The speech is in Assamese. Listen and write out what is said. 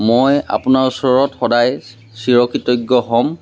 মই আপোনাৰ ওচৰত সদায় চিৰকৃতজ্ঞ হ'ম